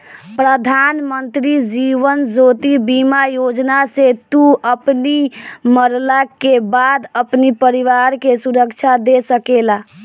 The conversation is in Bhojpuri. प्रधानमंत्री जीवन ज्योति बीमा योजना से तू अपनी मरला के बाद अपनी परिवार के सुरक्षा दे सकेला